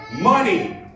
money